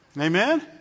Amen